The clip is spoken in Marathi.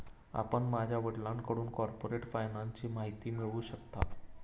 आपण माझ्या वडिलांकडून कॉर्पोरेट फायनान्सची माहिती मिळवू शकता